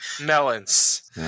melons